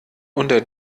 unter